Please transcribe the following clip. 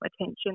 attention